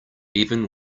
even